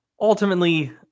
ultimately